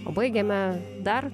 o baigėme dar